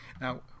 Now